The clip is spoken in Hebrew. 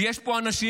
ויש פה אנשים,